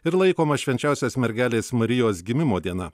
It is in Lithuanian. ir laikoma švenčiausios mergelės marijos gimimo diena